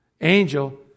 Angel